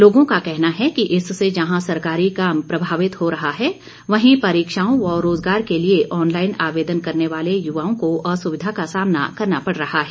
लोगों का कहना है कि इससे जहां सरकारी काम प्रभावित हो रहा है वहीं परीक्षाओं व रोजगार के लिए ऑनलाईन आवेदन करने वाले युवाओं को असुविधा का सामना करना पड़ रहा है